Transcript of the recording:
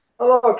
Hello